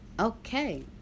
Okay